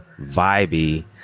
Vibey